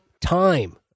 time